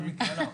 אחד מכם.